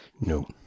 No